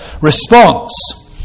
response